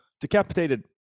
decapitated